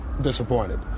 disappointed